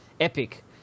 Epic